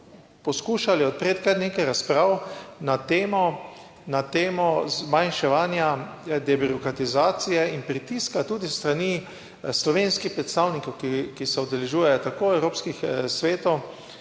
poskušali odpreti kar nekaj razprav na temo, na temo zmanjševanja debirokratizacije in pritiska tudi s strani slovenskih predstavnikov, ki se udeležujejo tako evropskih svetov